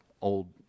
old